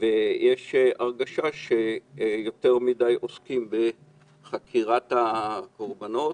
יש הרגשה שיותר מדי עוסקים בחקירת הקורבנות.